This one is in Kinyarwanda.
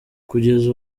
kugeza